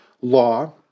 law